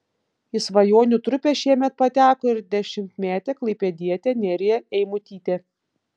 į svajonių trupę šiemet pateko ir dešimtmetė klaipėdietė nerija eimutytė